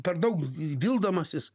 per daug vildamasis